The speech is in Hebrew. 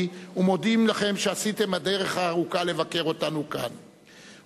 ומודים לכם על שעשיתם את הדרך הארוכה לבקר אותנו כאן.